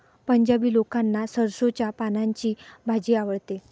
पंजाबी लोकांना सरसोंच्या पानांची भाजी आवडते